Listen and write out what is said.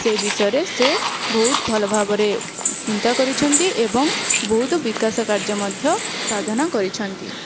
ସେ ବିଷୟରେ ସିଏ ବହୁତ ଭଲ ଭାବରେ ଚିନ୍ତା କରିଛନ୍ତି ଏବଂ ବହୁତ ବିକାଶ କାର୍ଯ୍ୟ ମଧ୍ୟ ସାଧନ କରିଛନ୍ତି